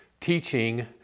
teaching